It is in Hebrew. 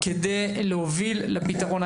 כדי להוביל לפתרון.